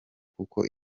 kuko